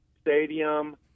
stadium